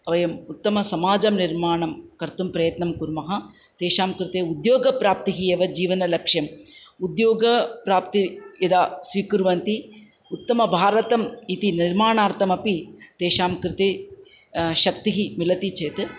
वयम् उत्तमसमाजनिर्माणं कर्तुं प्रयत्नं कुर्मः तेषां कृते उद्योगप्राप्तिः एव जीवनलक्ष्यम् उद्योगप्राप्तिः यदा स्वीकुर्वन्ति उत्तमभारतम् इति निर्माणार्थमपि तेषां कृते शक्तिः मिलति चेत्